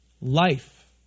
life